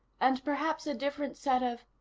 and perhaps a different set of.